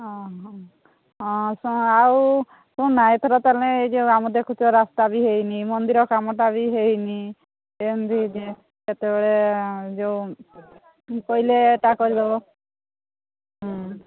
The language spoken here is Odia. ହଁ ଆଉ ଶୁଣୁନା ଏଥର ତାହେଲେ ଏ ଯେଉଁ ଆମର ଦେଖୁଛ ରାସ୍ତା ବି ହୋଇନି ମନ୍ଦିର କାମଟା ବି ହୋଇନି ଏମିତି ଯେତେବେଳେ ଯେଉଁ କହିଲେ ଏଇଟା କରିଦେବ ହୁଁ